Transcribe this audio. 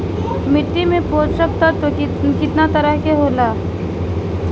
मिट्टी में पोषक तत्व कितना तरह के होला?